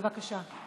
בבקשה,